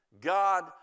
God